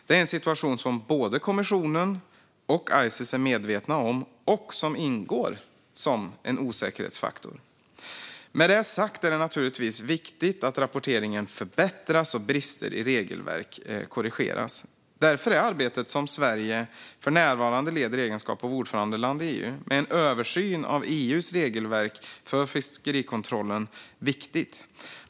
Det är en situation som både kommissionen och ICES är medvetna om och som ingår som en osäkerhetsfaktor. Med detta sagt är det naturligtvis viktigt att rapporteringen förbättras och att brister i regelverket korrigeras. Därför är det arbete som Sverige för närvarande leder, i egenskap av ordförandeland i EU, med en översyn av EU:s regelverk för fiskerikontrollen viktigt.